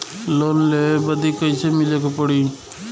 Loan लेवे बदी कैसे मिले के पड़ी?